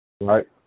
right